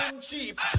cheap